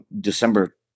December